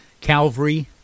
Calvary